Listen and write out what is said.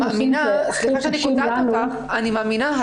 אני מאמינה,